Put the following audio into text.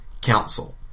council